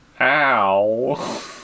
Ow